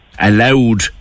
allowed